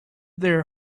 their